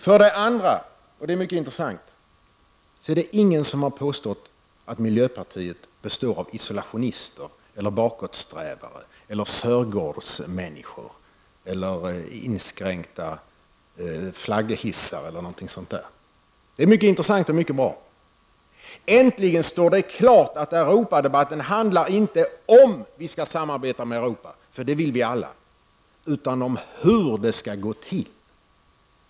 För det andra har ingen påstått att miljöpartiet består av isolationister, bakåtsträvare, sörgårdsmänniskor eller inskränkta flagghissare. Det är mycket intressant och bra. Äntligen står det klart att Europadebatten inte handlar om om vi skall samarbeta med Europa -- för det vill vi alla -- utan om hur det skall gå till.